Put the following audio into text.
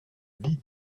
vie